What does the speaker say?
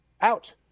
out